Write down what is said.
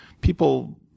people